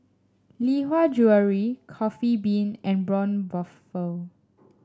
Lee Hwa Jewellery Coffee Bean and Braun Buffel